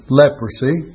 leprosy